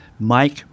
Mike